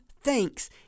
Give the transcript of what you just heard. thanks